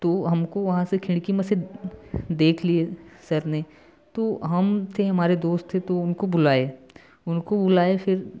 तो हम को वहाँ से खिड़की में से देख लिए सर ने तो हम थे हमारे दोस्त थे तो उनको बुलाए उनको बुलाए फिर